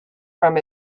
from